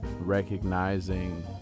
recognizing